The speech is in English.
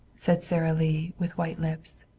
said sara lee with white lips.